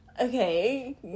Okay